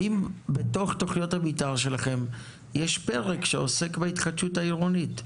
האם בתוך תכניות המתאר שלכם יש פרק שעוסק בהתחדשות העירונית,